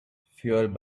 fueled